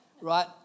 right